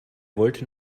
wollte